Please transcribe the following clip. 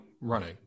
running